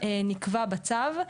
נקבע בצו.